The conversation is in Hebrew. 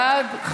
בעד,